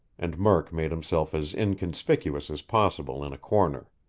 and murk made himself as inconspicuous as possible in a corner.